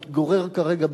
מתגורר כרגע בלונדון,